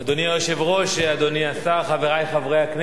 אדוני היושב-ראש, אדוני השר, חברי חברי הכנסת,